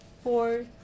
four